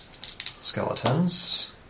skeletons